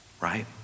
Right